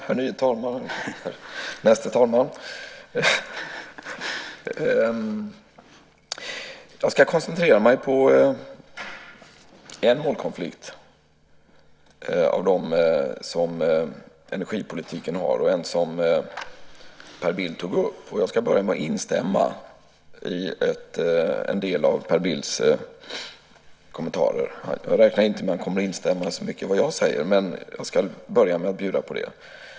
Herr talman! Jag ska koncentrera mig på en av de målkonflikter som energipolitiken har och som Per Bill tog upp. Jag ska börja med att instämma i en del av Per Bills kommentarer. Jag räknar inte med att han kommer att instämma så mycket i vad jag säger, men jag ska börja med att bjuda på detta.